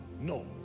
No